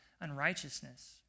unrighteousness